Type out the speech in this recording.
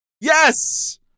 Yes